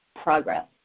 progress